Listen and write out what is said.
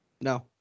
No